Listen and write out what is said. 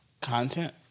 content